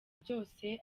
byose